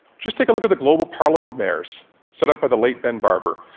just take a look at the global parliament of mayors, set up by the late ben barber,